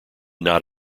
not